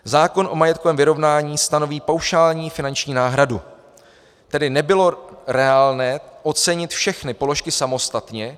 Zákon o majetkovém vyrovnání stanoví paušální finanční náhradu, tedy nebylo reálné ocenit všechny položky samostatně.